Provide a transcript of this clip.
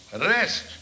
rest